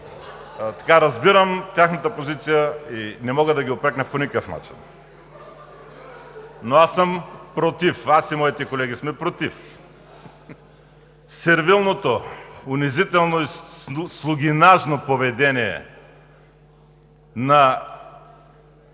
разбирам тяхната позиция и не мога да ги упрекна по никакъв начин. Но аз и моите колеги сме против сервилното, унизително и слугинажно поведение на